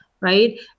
right